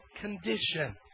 condition